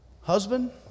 Husband